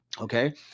okay